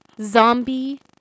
Zombie